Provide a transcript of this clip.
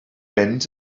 mynd